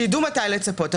שידעו מתי לצפות לדו"ח.